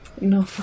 No